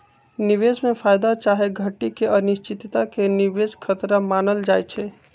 निवेश में फयदा चाहे घटि के अनिश्चितता के निवेश खतरा मानल जाइ छइ